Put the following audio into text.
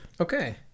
Okay